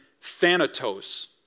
thanatos